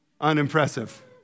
Unimpressive